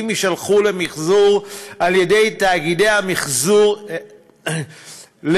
יישלחו למחזור על ידי תאגידי המחזור לחו"ל,